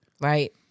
Right